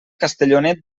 castellonet